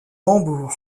hambourg